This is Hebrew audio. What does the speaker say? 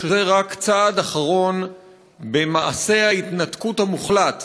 שזה רק צעד אחרון במעשה ההתנתקות המוחלט